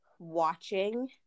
watching